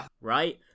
Right